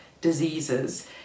diseases